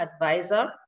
Advisor